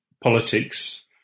politics